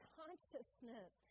consciousness